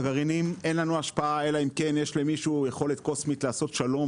אין לנו השפעה על הגרעינים אלא אם כן יש למישהו יכולת קוסמית לעשות שלום